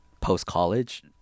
post-college